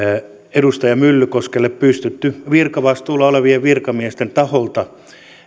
edustaja myllykoskelle pystytty virkavastuulla olevien virkamiesten taholta